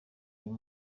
uyu